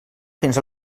fins